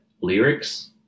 lyrics